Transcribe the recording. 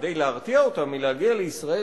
כדי להרתיע אותם מלהגיע לישראל,